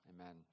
Amen